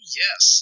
yes